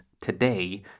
today